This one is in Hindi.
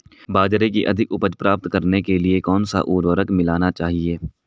बाजरे की अधिक उपज प्राप्त करने के लिए कौनसा उर्वरक मिलाना चाहिए?